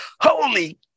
holy